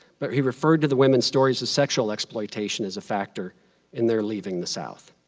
but he referred to the women's stories as sexual exploitation as a factor in their leaving the south.